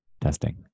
Testing